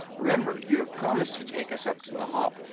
remember, you have promised to take us up to the hall.